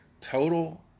total